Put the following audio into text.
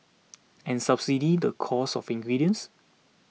and subsidise the cost of ingredients